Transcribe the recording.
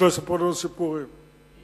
שלא